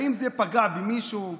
האם זה פגע במישהו?